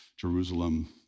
Jerusalem